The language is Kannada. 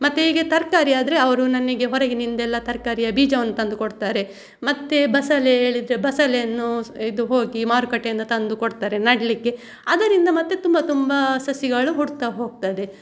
ಮತ್ತೆ ಹೀಗೆ ತರಕಾರಿ ಆದರೆ ಅವರು ನನಗೆ ಹೊರಗಿನಿಂದೆಲ್ಲ ತರಕಾರಿಯ ಬೀಜವನ್ನು ತಂದು ಕೊಡ್ತಾರೆ ಮತ್ತೇ ಬಸಲೆ ಹೇಳಿದರೆ ಬಸಲೆಯನ್ನು ಇದು ಹೋಗಿ ಮಾರುಕಟ್ಟೆಯಿಂದ ತಂದು ಕೊಡ್ತಾರೆ ನೆಡ್ಲಿಕ್ಕೆ ಅದರಿಂದ ಮತ್ತೆ ತುಂಬಾ ತುಂಬಾ ಸಸಿಗಳು ಹುಟ್ತಾ ಹೋಗ್ತದೆ